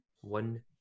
one